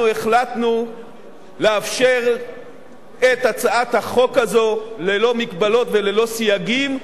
אנחנו החלטנו לאפשר את הצעת החוק הזו ללא מגבלות וללא סייגים.